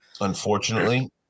unfortunately